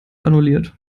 annulliert